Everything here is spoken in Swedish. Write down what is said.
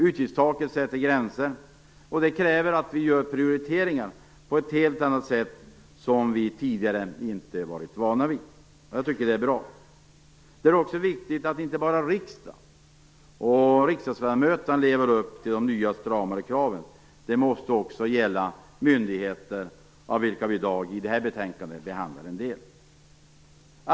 Utgiftstaket sätter gränser. Det kräver att vi gör prioriteringar på ett helt annat sätt än vi tidigare varit vana vid. Jag tycker att det är bra. Men det är också viktigt att inte bara riksdagen och riksdagsledamöterna lever upp till de nya, stramare kraven. De måste också gälla myndigheter, av vilka vi i dag behandlar en del i detta betänkande.